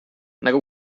nagu